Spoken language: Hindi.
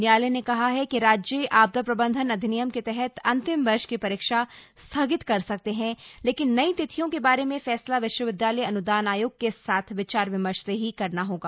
न्यायालय ने कहा है कि राज्य आपदा प्रबंधन अधिनियम के तहत अंतिम वर्ष की परीक्षा स्थगित कर सकते है लेकिन नई तिथियों के बारे में फैसला विश्वविद्यालय अन्दान आयोग के साथ विचार विमर्श से ही करना होगा